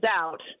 out